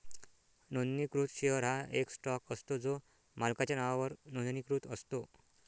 नोंदणीकृत शेअर हा एक स्टॉक असतो जो मालकाच्या नावावर नोंदणीकृत असतो